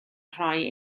rhoi